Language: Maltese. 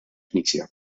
knisja